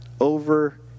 over